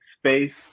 space